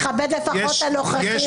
תכבד לפחות את הנוכחים כאן,